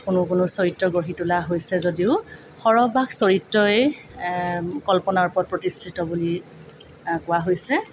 কোনো কোনো চৰিত্ৰ গঢ়ি তুলা হৈছে যদিও সৰহভাগ চৰিত্ৰই কল্পনাৰ ওপৰত প্ৰতিষ্ঠিত বুলি কোৱা হৈছে